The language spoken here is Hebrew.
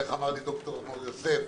ואיך אמר לי ד"ר מור יוסף?